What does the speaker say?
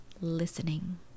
listening